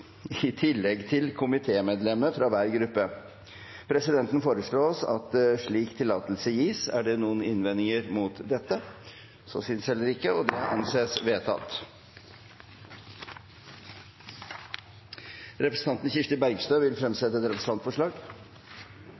i tillegg til komitémedlemmet fra hver gruppe. Presidenten foreslår at slik tillatelse gis. Er det noen innvendinger mot dette? – Så synes ikke, og også dette anses vedtatt. Representanten Kirsti Bergstø vil fremsette et representantforslag.